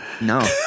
No